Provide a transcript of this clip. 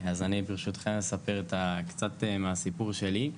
אז אני ברשותכם אספר קצת מהסיפור שלי.